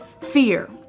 fear